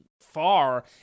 far